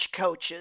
coaches